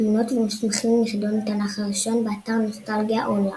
תמונות ומסמכים מחידון התנ"ך הראשון באתר "נוסטלגיה אונליין"